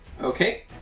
Okay